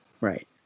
Right